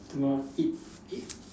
tomorrow eat eh